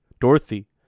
dorothy